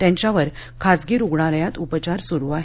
त्यांच्यावर खासगी रुग्णालयात उपचार सुरु आहेत